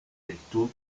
virtud